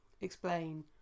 explain